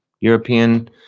European